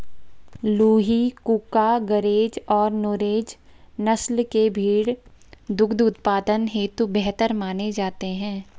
लूही, कूका, गरेज और नुरेज नस्ल के भेंड़ दुग्ध उत्पादन हेतु बेहतर माने जाते हैं